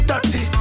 Dirty